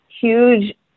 huge